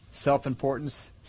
self-importance